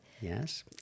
Yes